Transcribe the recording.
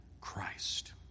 Christ